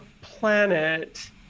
planet